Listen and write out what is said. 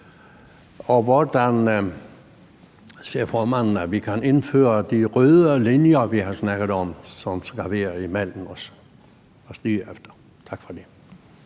Og hvordan ser formanden, at vi kan indføre de røde linjer, vi har snakket om, som skal være imellem os? Tak. Kl.